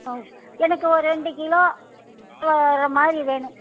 ஓ எனக்கு ஒரு ரெண்டு கிலோ ஓ வர மாதிரி வேணும்